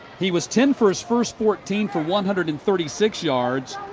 he was ten for his first fourteen for one hundred and thirty six yards.